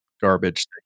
garbage